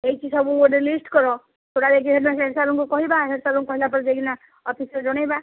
ହୋଇଛି ସବୁ ଗୋଟେ ଲିଷ୍ଟ କର ପୁରା ହେଡସାର୍ଙ୍କୁ କହିବା ହେଡସାର୍ଙ୍କୁ କହିଲା ପରେ ଯାଇକିନା ଅଫିସ୍ରେ ଜଣେଇବା